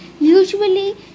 Usually